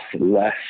less